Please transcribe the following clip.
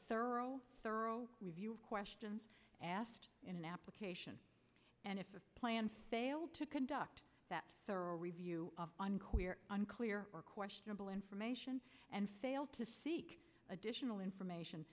thorough thorough review questions asked in an application and if the plan failed to conduct that thorough review unclear on clear or questionable information and failed to seek additional information